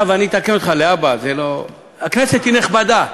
אני אתקן אותך להבא: הכנסת היא נכבדה.